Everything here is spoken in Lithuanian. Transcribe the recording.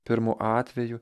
pirmu atveju